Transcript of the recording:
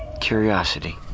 curiosity